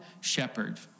shepherd